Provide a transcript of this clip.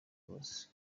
cross